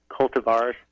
cultivars